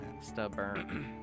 Stubborn